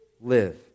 live